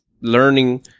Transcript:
learning